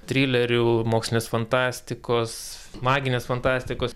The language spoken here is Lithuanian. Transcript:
trilerių mokslinės fantastikos maginės fantastikos